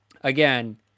Again